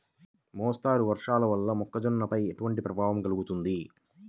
మోస్తరు వర్షాలు వల్ల మొక్కజొన్నపై ఎలాంటి ప్రభావం కలుగుతుంది?